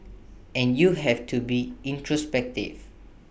and you have to be introspective